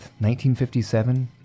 1957